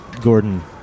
Gordon